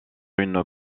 une